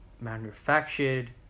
manufactured